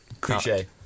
cliche